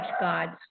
God's